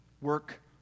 work